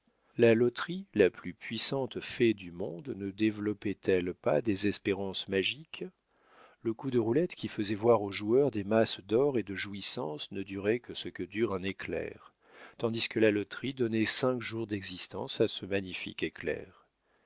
la loterie la plus puissante fée du monde ne développait elle pas des espérances magiques le coup de roulette qui faisait voir aux joueurs des masses d'or et de jouissances ne durait que ce que dure un éclair tandis que la loterie donnait cinq jours d'existence à ce magnifique éclair